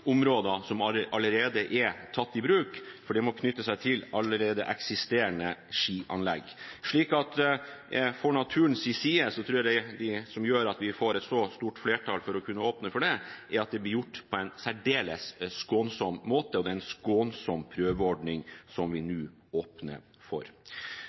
områder som allerede er tatt i bruk, for det må knytte seg til allerede eksisterende skianlegg. For naturens del tror jeg at det som gjør at vi får et så stort flertall for å kunne åpne for det, er at det blir gjort på en særdeles skånsom måte. Det er en skånsom prøveordning vi nå åpner for.